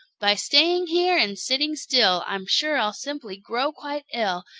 by staying here and sitting still i'm sure i'll simply grow quite ill.